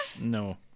No